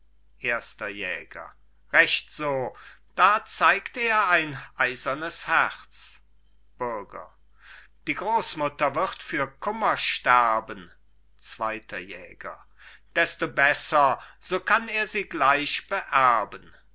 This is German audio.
erster jäger recht so da zeigt er ein eisernes herz bürger die großmutter wird für kummer sterben zweiter jäger desto besser so kann er sie gleich